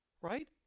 Right